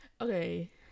Okay